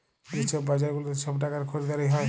যে ছব বাজার গুলাতে ছব টাকার খরিদারি হ্যয়